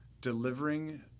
delivering